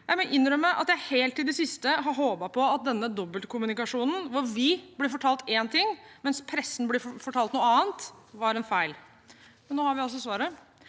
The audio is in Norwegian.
Jeg må innrømme at jeg helt til det siste har håpet på at denne dobbeltkommunikasjonen hvor vi ble fortalt én ting, mens pressen ble fortalt noe annet, var en feil, men nå har vi svaret.